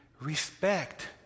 respect